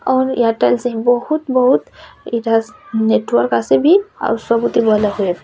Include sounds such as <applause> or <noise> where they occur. ଆଉ Airtel sim ବହୁତ ବହୁତ <unintelligible> ନେଟ୍ୱାର୍କ ଆସେ ବି ଆଉ ସବୁଠୁ ଭଲ ହୁଏ ବି